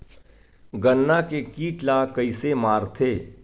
गन्ना के कीट ला कइसे मारथे?